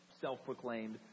self-proclaimed